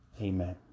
Amen